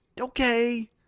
okay